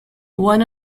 one